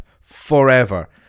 forever